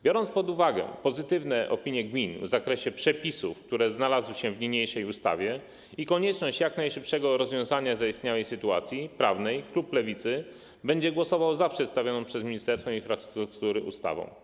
Biorąc pod uwagę pozytywne opinie gmin w zakresie przepisów, które znalazły się w niniejszej ustawie, i konieczność jak najszybszego rozwiązania zaistniałej sytuacji prawnej, klub Lewicy będzie głosował za przedstawioną przez Ministerstwo Infrastruktury ustawą.